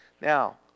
Now